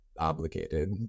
Obligated